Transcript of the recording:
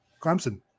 Clemson